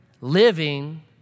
living